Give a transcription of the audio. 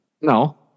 No